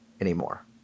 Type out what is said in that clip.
anymore